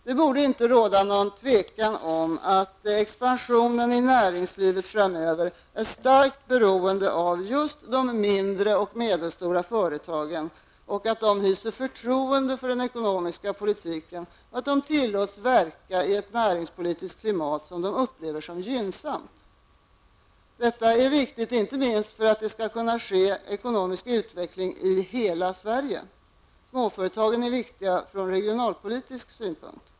Det borde inte råda något tvivel om att expansionen i näringslivet framöver är starkt beroende av att just de mindre och medelstora företagen hyser förtroende för den ekonomiska politiken och att de tillåts verka i ett näringspolitiskt klimat som de upplever som gynnsamt. Detta är viktigt inte minst för att tillväxt och ekonomisk utveckling skall kunna ske i hela Sverige. Småföretagen är viktiga från regionalpolitisk synpunkt.